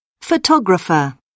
Photographer